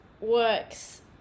works